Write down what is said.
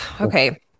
Okay